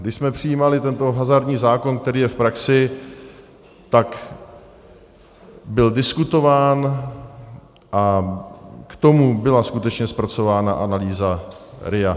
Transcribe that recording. Když jsme přijímali tento hazardní zákon, který je v praxi, tak byl diskutován a k tomu byla skutečně zpracována analýza RIA.